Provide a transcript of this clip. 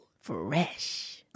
Fresh